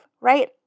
right